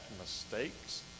mistakes